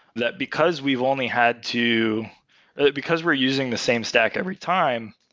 that because we've only had to because we're using the same stack every time,